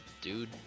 dude